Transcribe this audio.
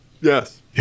yes